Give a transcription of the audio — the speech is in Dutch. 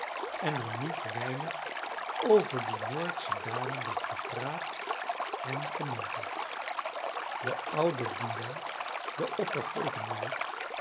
en er niet weinig over die noordsche dame werd gepraat en gemompeld de oude dina de opperkeukenmeid